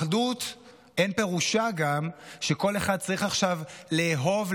אחדות אין פירושה גם שכל אחד צריך עכשיו לאהוב,